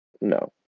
No